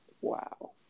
Wow